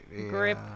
grip